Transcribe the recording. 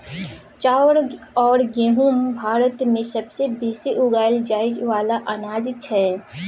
चाउर अउर गहुँम भारत मे सबसे बेसी उगाएल जाए वाला अनाज छै